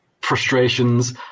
frustrations